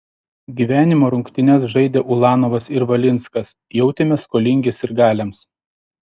gyvenimo rungtynes žaidę ulanovas ir valinskas jautėmės skolingi sirgaliams